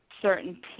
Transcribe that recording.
Certain